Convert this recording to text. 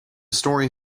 story